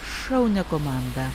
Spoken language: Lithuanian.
šaunią komandą